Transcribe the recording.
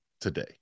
today